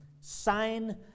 sign